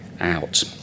out